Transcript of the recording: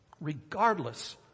regardless